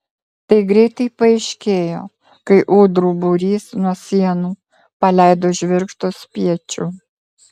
tai greitai paaiškėjo kai ūdrų būrys nuo sienų paleido žvirgždo spiečių